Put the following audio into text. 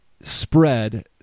spread